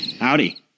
Howdy